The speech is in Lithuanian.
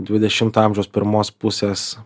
dvidešimto amžiaus pirmos pusės